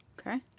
Okay